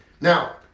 Now